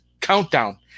countdown